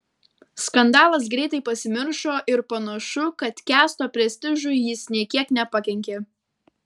skandalas greitai pasimiršo ir panašu kad kęsto prestižui jis nė kiek nepakenkė